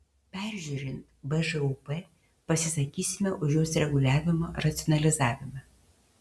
peržiūrint bžūp pasisakysime už jos reguliavimo racionalizavimą